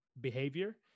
behavior